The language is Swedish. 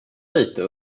lite